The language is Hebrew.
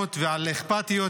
רצינות ואכפתיות